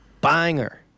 banger